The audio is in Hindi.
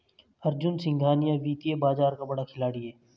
अर्जुन सिंघानिया वित्तीय बाजार का बड़ा खिलाड़ी है